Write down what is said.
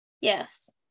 Yes